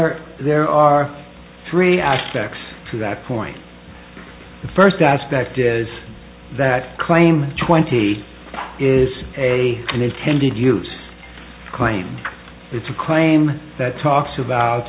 honor there are three aspects to that point the first aspect is that claim twenty is a intended use claim it's a claim that talks about